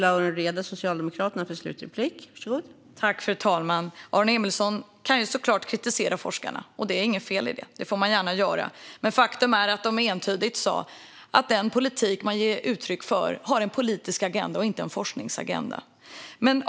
Fru talman! Aron Emilsson kan såklart kritisera forskarna, och det är inget fel i det. Det får man gärna göra. Men faktum är att de entydigt sa att den politik man ger uttryck för har en politisk agenda och inte en forskningsagenda.